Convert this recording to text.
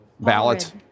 ballot